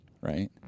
right